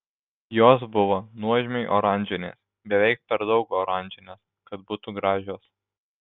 jos buvo nuožmiai oranžinės beveik per daug oranžinės kad būtų gražios